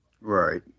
Right